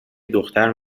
دختر